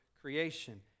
creation